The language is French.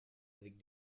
avec